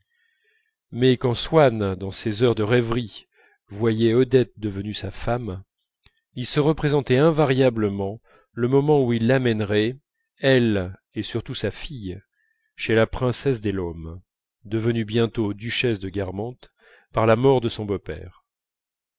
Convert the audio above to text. mais quand swann dans ses heures de rêverie voyait odette devenue sa femme il se représentait invariablement le moment où il l'amènerait elle et surtout sa fille chez la princesse des laumes devenue bientôt la duchesse de guermantes par la mort de son beau-père